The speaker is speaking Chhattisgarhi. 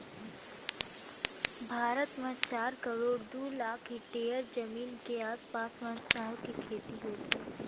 भारत म चार करोड़ दू लाख हेक्टेयर जमीन के आसपास म चाँउर के खेती होथे